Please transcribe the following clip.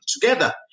together